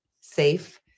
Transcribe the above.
safe